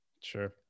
sure